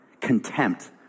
Contempt